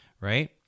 right